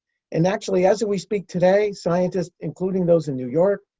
and, actually, as we speak today, scientists, including those in new york,